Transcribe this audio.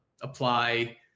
apply